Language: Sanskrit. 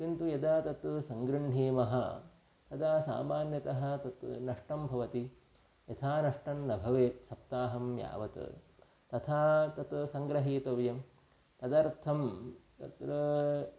किन्तु यदा तत् सङ्गृह्णीमः तदा सामान्यतः तत् नष्टं भवति यथा नष्टं न भवेत् सप्ताहं यावत् तथा तत् सङ्ग्रहीतव्यं तदर्थं तत्र